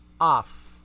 off